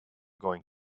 going